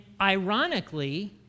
ironically